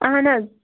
اہَن حظ